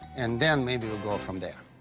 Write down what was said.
and then maybe you'll go from there.